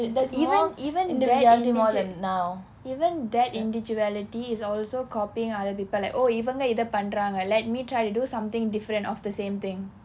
even even that individu~ even that individuality is also copying other people like oh இவங்க இத பண்றாங்க:ivanga itha pandraanga let me try to do something different of the same thing